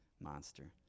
monster